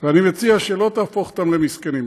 אני מציע שלא תהפוך אותם למסכנים.